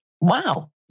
Wow